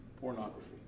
Pornography